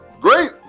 Great